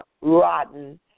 rotten